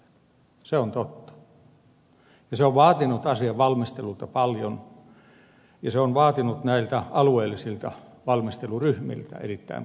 se on totta ja se on vaatinut asian valmistelulta paljon ja se on vaatinut näiltä alueellisilta valmisteluryhmiltä erittäin paljon